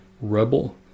rebel